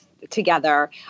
together